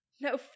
No